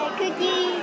cookie